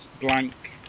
blank